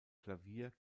klavier